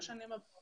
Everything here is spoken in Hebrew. לשנים הבאות.